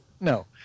no